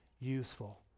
useful